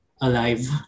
alive